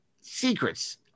secrets